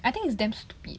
I think it's damn stupid